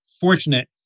fortunate